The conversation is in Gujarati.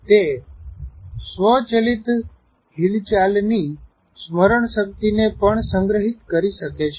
તે સ્વચલિત હિલચાલની સ્મરણ શક્તિને પણ સંગ્રહિત કરી શકે છે